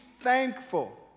thankful